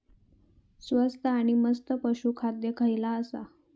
स्वस्त आणि मस्त पशू खाद्य खयला आसा?